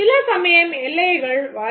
சில சமயம் எல்லைகள் வரையப்பட மாட்டா